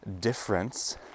difference